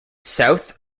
south